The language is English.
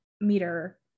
meter